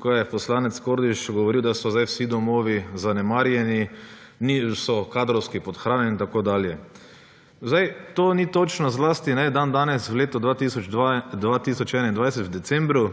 ko je poslanec Kordiš govoril, da so zdaj vsi domovi zanemarjeni, so kadrovsko podhranjeni in tako dalje. Zdaj, to ni točno, zlasti ne dandanes v letu 2021, v decembru.